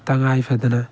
ꯇꯉꯥꯏ ꯐꯗꯅ